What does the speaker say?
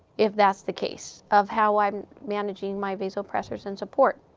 if that's the case, of how i'm managing my vasopressors and support.